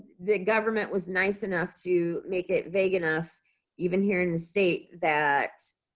the government was nice enough to make it vague enough even here in the state, that,